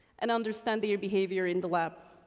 and understand their behavior in the lab,